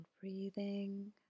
breathing